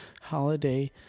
holiday